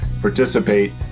participate